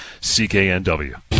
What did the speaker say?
CKNW